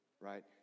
right